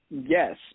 Yes